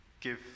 give